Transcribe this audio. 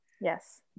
Yes